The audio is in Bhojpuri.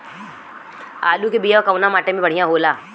आलू के बिया कवना माटी मे बढ़ियां होला?